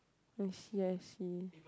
I see I see